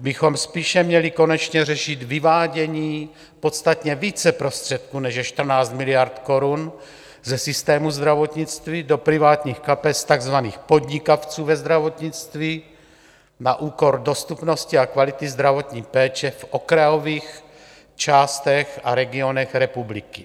bychom spíše měli konečně řešit vyvádění podstatně více prostředků, než je 14 miliard korun, ze systému zdravotnictví do privátních kapes takzvaných podnikavců ve zdravotnictví na úkor dostupnosti a kvality zdravotní péče v okrajových částech a regionech republiky.